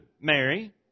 Mary